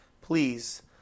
please